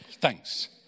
Thanks